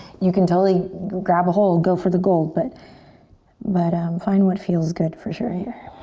you can totally grab a hold, go for the gold, but but um find what feels good, for sure, here.